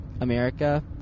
America